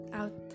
out